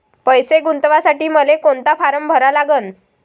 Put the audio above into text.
पैसे गुंतवासाठी मले कोंता फारम भरा लागन?